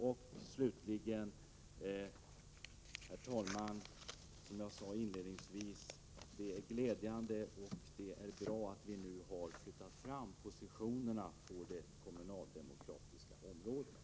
Till sist, herr talman, vill jag säga att det är glädjande och bra att vi flyttat fram positionerna på det kommunaldemokratiska området.